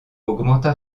augmenta